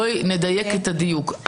בואי נדייק את הדיוק.